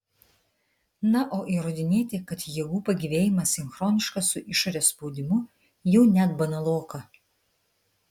na o įrodinėti kad jėgų pagyvėjimas sinchroniškas su išorės spaudimu jau net banaloka